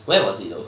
where was it though